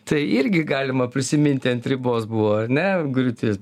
tai irgi galima prisiminti ant ribos buvo ar ne griūtis